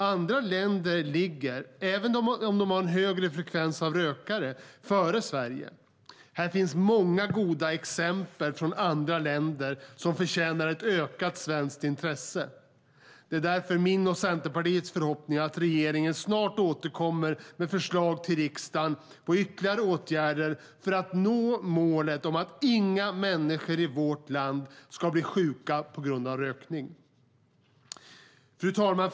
Andra länder ligger, även om de har en högre frekvens av rökare, före Sverige. Många goda exempel från andra länder förtjänar ett ökat svenskt intresse. Det är därför min och Centerpartiets förhoppning att regeringen snart återkommer med förslag till riksdagen på ytterligare åtgärder för att nå målet att inga människor i vårt land ska bli sjuka på grund av rökning. Fru talman!